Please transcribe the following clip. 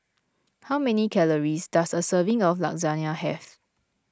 how many calories does a serving of Lasagna have